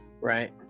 Right